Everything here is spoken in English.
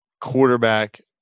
quarterback